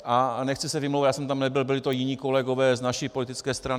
A nechci se vymlouvat, že jsem tam nebyl, byli to jiní kolegové z naší politické strany.